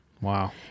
Wow